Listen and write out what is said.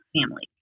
family